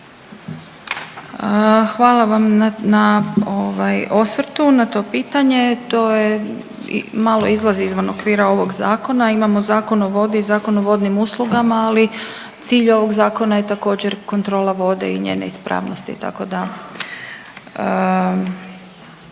Hvala vam na ovaj osvrtu na to pitanje. To je, malo izlazi izvan okvira ovog Zakona, imamo Zakon o vodi i Zakon o vodnim uslugama, ali cilj ovog Zakona je također, kontrola vode i njene ispravnosti, tako da,